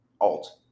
Alt